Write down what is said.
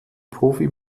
profi